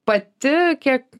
pati kiek